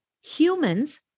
humans